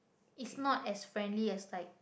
it's not as friendly as like